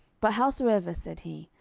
but howsoever, said he,